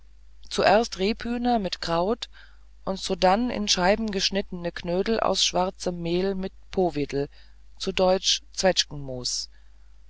zuerst rebhühner mit kraut und sodann in scheiben geschnittene knödel aus schwarzem mehl mit powidl zu deutsch zwetschgenmus